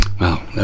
Wow